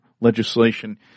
legislation